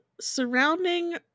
surrounding